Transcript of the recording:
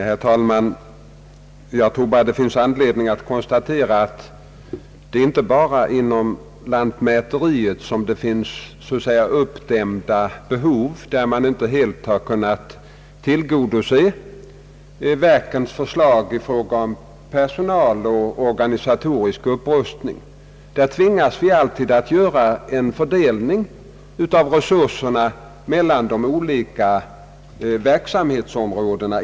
Herr talman! Jag tror man har anledning konstatera, att det finns uppdämda behov inte bara inom lantmäteriet och att vi inte helt kunnat tillgodose varje verks önskemål i fråga om personal och organisatorisk upprustning. Vi tvingas alltid inom den statliga sektorn göra en fördelning av resurserna mellan de olika verksamhetsområdena.